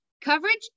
Coverage